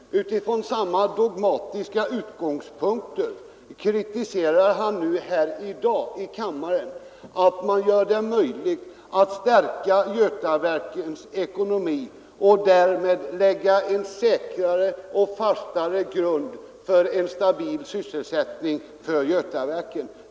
Utifrån samma dogmatiska utgångspunkter kritiserar herr Pettersson nu att man gör det möjligt att stärka Götaverkens ekonomi och därmed lägga en säkrare och fastare grund för en stabil sysselsättning hos Götaverken.